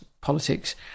politics